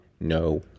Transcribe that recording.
no